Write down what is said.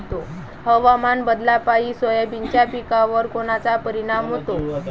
हवामान बदलापायी सोयाबीनच्या पिकावर कोनचा परिणाम होते?